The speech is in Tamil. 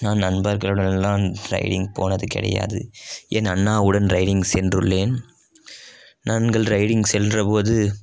நான் நண்பர்களுடன்லாம் ரைடிங் போனது கிடையாது என் அண்ணாவுடன் ரைடிங் சென்றுள்ளேன் நாங்கள் ரைடிங் சென்ற போது